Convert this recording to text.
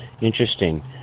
Interesting